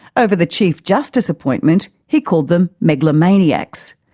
over the chief justice appointment he called them megalomaniacs.